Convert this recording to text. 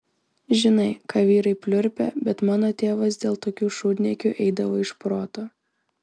žinai ką vyrai pliurpia bet mano tėvas dėl tokių šūdniekių eidavo iš proto